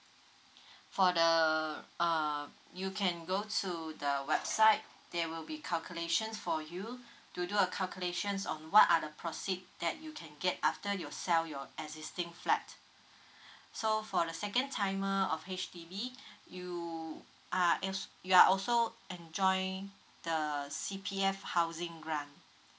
for the uh you can go to the website there will be calculations for you to do a calculations on what are the proceed that you can get after you sell your existing flat so for the second timer of H_D_B you are else you are also enjoy the C_P_F housing grant